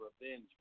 revenge